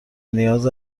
نیاز